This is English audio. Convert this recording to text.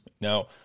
Now